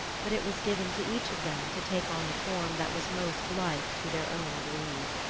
but it was given to each of them to take on the form that was most like to their own greed.